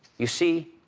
you see,